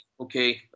Okay